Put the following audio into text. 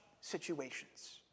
situations